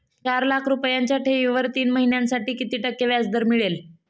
चार लाख रुपयांच्या ठेवीवर तीन महिन्यांसाठी किती टक्के व्याजदर मिळेल?